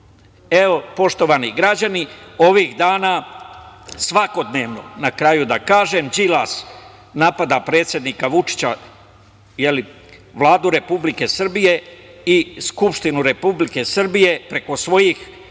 novina? Poštovani građani, ovih dana svakodnevno, na kraju da kažem, Đilas napada predsednika Vučića, Vladu Republike Srbije i Skuštinu Republike Srbije preko svojih